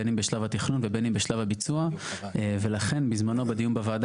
בין אם בשלב התכנון ובין אם בשלב הביצוע ולכן בזמנו בדיון בוועדה